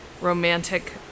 romantic